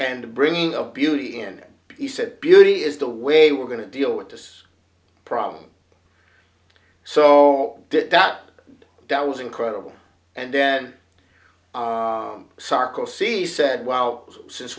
and bringing up beauty and he said beauty is the way we're going to deal with this problem so that that that was incredible and then sarkozy said well since